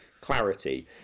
clarity